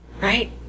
Right